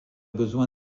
besoin